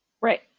Right